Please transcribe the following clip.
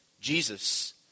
Jesus